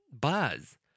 buzz